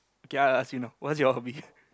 okay I I ask you now what's your hobby